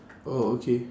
oh okay